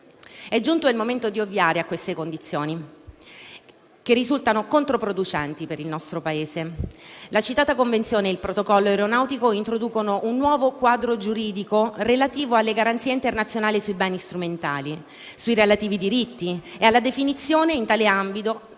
È giunto il momento di ovviare a queste condizioni che risultano controproducenti per il nostro Paese. La citata Convenzione e il Protocollo aeronautico introducono un nuovo quadro giuridico relativo alle garanzie internazionali sui beni strumentali, sui relativi diritti e alla definizione in tale ambito